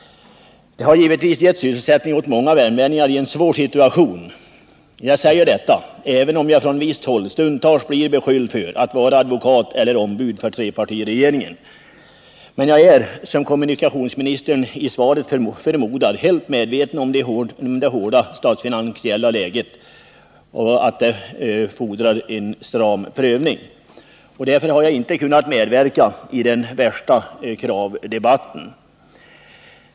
Det har givetvis gett Nr 30 sysselsättning åt många värmlänningar i en svår situation. Jag säger detta — Fredagen den även om jag från visst håll stundtals blir beskylld för att vara advokat eller 16 november 1979 ombud för trepartiregeringen. Men jag är som kommunikationsministern i svaret förmodar, helt medveten om att det hårda statsfinansiella läget fordrar en stram prövning, och därför har jag ej kunnat medverka i den värsta kravdebatten.